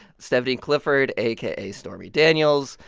stephanie clifford, aka stormy daniels,